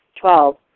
Twelve